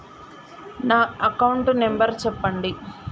నా account number చెప్పండి?